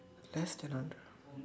less than